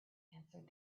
answered